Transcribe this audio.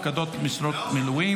הפקדות משרת מילואים),